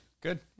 good